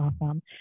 awesome